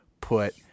put